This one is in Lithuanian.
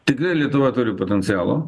tikrai lietuva turi potencialo